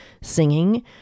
singing